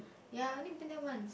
ya I only been there once